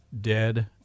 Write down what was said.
dead